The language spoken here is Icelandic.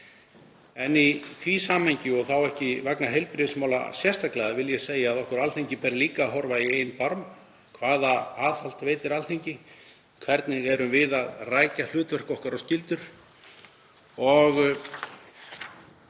En í því samhengi, og þá ekki vegna heilbrigðismála sérstaklega, vil ég segja að okkur á Alþingi ber líka að líta í eigin barm: Hvaða aðhald veitir Alþingi? Hvernig rækjum við hlutverk okkar og skyldur? Ég